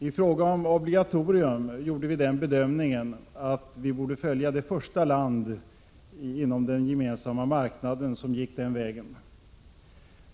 I fråga om obligatorium gjorde vi den bedömningen att vi borde följa det första land inom den gemensamma marknaden som gick den vägen.